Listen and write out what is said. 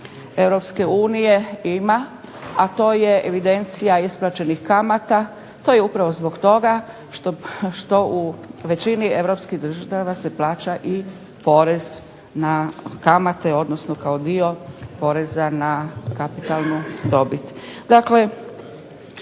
zemalja EU ima, a to je evidencija isplaćenih kamata. To je upravo zbog toga što u većini Europskih država se plaća i porez na kamate odnosno kao dio poreza na kapitalnu dobit.